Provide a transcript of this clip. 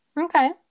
okay